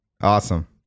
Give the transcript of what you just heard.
awesome